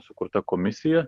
sukurta komisija